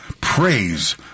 praise